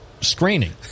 screening